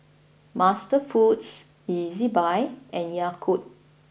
MasterFoods Ezbuy and Yakult